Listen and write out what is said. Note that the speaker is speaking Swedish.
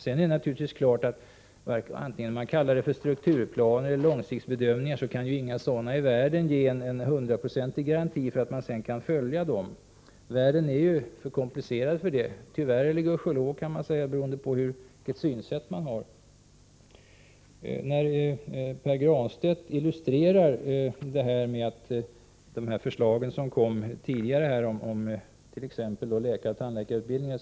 Sedan är det naturligtvis klart att det, vare sig man kallar det för strukturplaner eller långsiktsbedömningar, inte finns någon hundraprocentig garanti för att man sedan kan följa dem. Världen är för komplicerad för det — tyvärr, eller gudskelov, kan man säga, beroende på vilket synsätt man har. Pär Granstedt illustrerade det här önskemålet med de förslag som tidigare kom om läkaroch tandläkarutbildningarna.